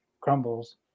crumbles